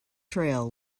trail